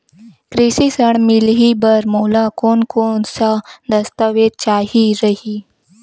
कृषि ऋण मिलही बर मोला कोन कोन स दस्तावेज चाही रही?